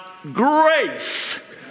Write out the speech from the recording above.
grace